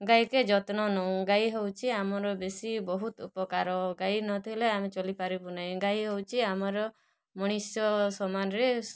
ଗାଈକେ ଯତ୍ନ ନୋଉଁ ଗାଈ ହଉଛେ ଆମର ବେଶୀ ବହୁତ୍ ଉପକାର ଗାଈ ନଥିଲେ ଆମେ ଚଲି ପାରିବୁ ନାଇଁ ଗାଈ ହୋଉଚି ଆମର ମଣିଷ ସମାନ୍ରେ